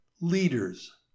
Leaders